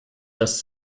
das